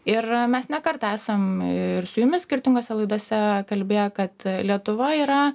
ir mes ne kartą esam ir su jumis skirtingose laidose kalbėję kad lietuva yra